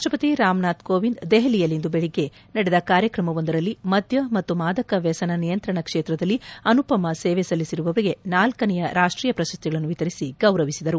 ರಾಷ್ಟ್ರಪತಿ ರಾಮನಾಥ್ ಕೋವಿಂದ್ ದೆಹಲಿಯಲ್ಲಿಂದು ಬೆಳಗ್ಗೆ ನಡೆದ ಕಾರ್ಯಕ್ರಮವೊಂದರಲ್ಲಿ ಮದ್ಯ ಮತ್ತು ಮಾದಕವ್ಯಸನ ನಿಯಂತ್ರಣ ಕ್ಷೇತ್ರದಲ್ಲಿ ಅನುಪಮ ಸೇವೆ ಸಲ್ಲಿಸಿರುವವರಿಗೆ ನಾಲ್ಕನೆಯ ರಾಷ್ಟೀಯ ಪ್ರಶಸ್ತಿಗಳನ್ನು ವಿತರಿಸಿ ಗೌರವಿಸಿದರು